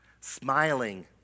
smiling